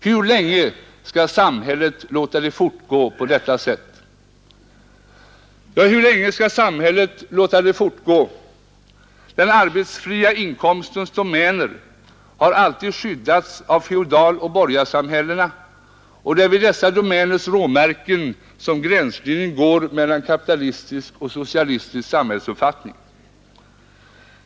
Hur länge skall samhället låta det fortgå på detta sätt?” Ja, hur länge skall samhället låta detta fortgå? Den arbetsfria inkomstens domäner har alltid skyddats av feodaloch borgarsamhällena, och det är vid dessa domäners råmärken som gränslinjen går mellan kapitalistisk och socialistisk samhällsuppfattning.